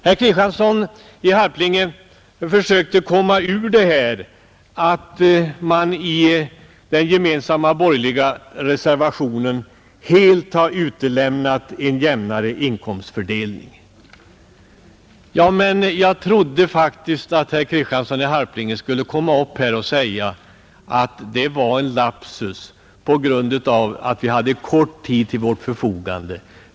Herr Kristiansson i Harplinge försöker komma ur det här att man i den gemensamma borgerliga reservationen helt har utelämnat frågan om en jämnare inkomstfördelning. Men jag trodde faktiskt att herr Kristiansson i Harplinge skulle komma upp i talarstolen och säga att det var en lapsus på grund av att de hade kort tid till sitt förfogande.